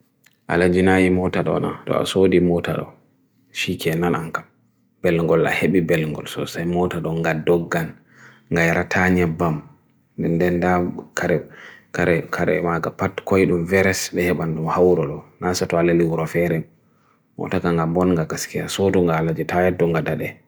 Alajinayi mota doona, doa sodi mota doona, shiki en nan angka, belongola hebi belongola. So sayi mota doonga doggan, nga yaratanya bam, nndenda kare, kare, kare, maga pat kwaidun veras lehe ban doon, wawuro loo, nasa toa le li uro fehrem, mota kan ga bon ga kas kya, so doonga alajitayat doonga dade.